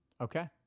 Okay